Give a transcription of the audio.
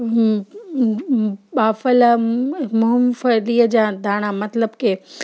baffle मूं मूंगफलीअ जा दाणा मतिलब की